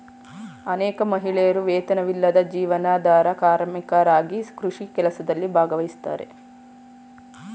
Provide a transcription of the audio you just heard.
ಅನೇಕ ಮಹಿಳೆಯರು ವೇತನವಿಲ್ಲದ ಜೀವನಾಧಾರ ಕಾರ್ಮಿಕರಾಗಿ ಕೃಷಿ ಕೆಲಸದಲ್ಲಿ ಭಾಗವಹಿಸ್ತಾರೆ